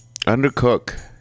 Undercook